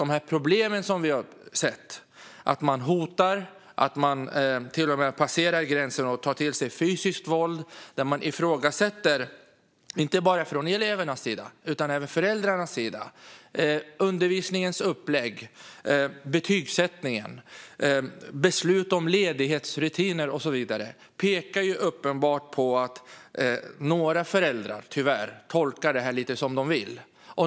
De problem som vi har sett - att man inte bara från elevernas sida utan även från föräldrarnas sida hotar eller till och med passerar gränsen och tar till fysiskt våld och att man inte respekterar undervisningens upplägg, betygsättningen, beslut om ledighet och så vidare - pekar uppenbart på att några föräldrar tolkar detta lite som de vill.